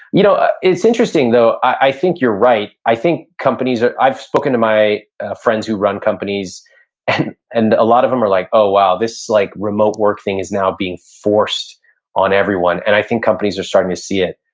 you know it's interesting, though, i think you're right. i think companies, i've spoken to my friends who run companies and and a lot of them are like, oh, wow, this like remote work thing is now being forced on everyone, and i think companies are starting to see it.